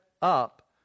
up